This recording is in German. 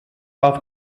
auf